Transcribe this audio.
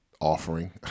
offering